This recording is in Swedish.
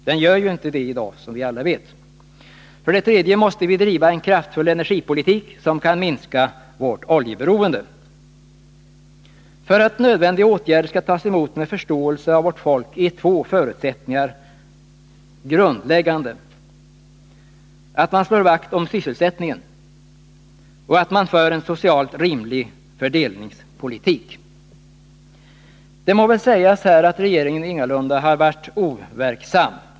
Det kan de inte i dag, som vi alla vet. För det tredje måste vi driva en kraftfull energipolitik som kan minska vårt oljeberoende. För att nödvändiga åtgärder skall tas emot med förståelse av vårt folk är två förutsättningar grundläggande: att man slår vakt om sysselsättningen och att man för en socialt rimlig fördelningspolitik. Regeringen har ingalunda varit overksam.